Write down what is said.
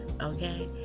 Okay